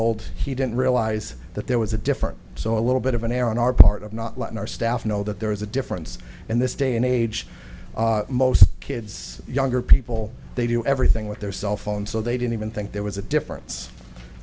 old he didn't realize that there was a difference so a little bit of an error on our part of not letting our staff know that there is a difference in this day and age most kids younger people they do everything with their cell phone so they don't even think there was a difference